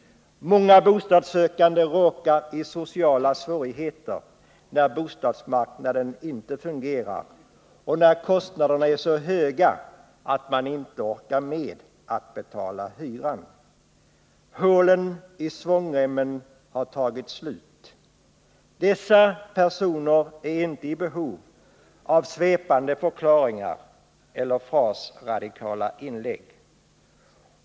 Många bostadssökande råkar i sociala svårigheter när bostadsmarknaden inte fungerar och när kostnaderna är så höga att man inte orkar med att betala hyran. Hålen i svångremmen har tagit slut. Dessa personer är inte i behov av svepande förklaringar eller frasradikala inlägg.